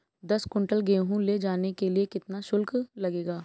दस कुंटल गेहूँ ले जाने के लिए कितना शुल्क लगेगा?